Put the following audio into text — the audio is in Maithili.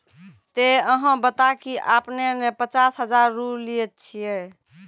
ते अहाँ बता की आपने ने पचास हजार रु लिए छिए?